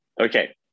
Okay